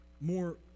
more